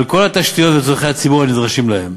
על כל התשתיות וצורכי הציבור הנדרשים להם.